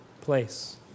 place